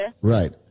Right